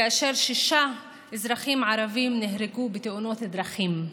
כאשר שישה אזרחים ערבים נהרגו בתאונות דרכים.